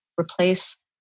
replace